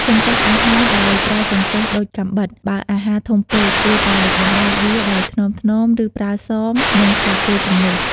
កុំកាត់អាហារដោយប្រើចង្កឹះដូចកាំបិត បើអាហារធំពេក គួរតែបំបែកវាដោយថ្នមៗ ឬប្រើសម និងស្លាបព្រាជំនួស។